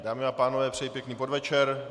Dámy a pánové, přeji pěkný podvečer.